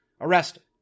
arrested